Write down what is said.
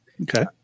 Okay